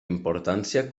importància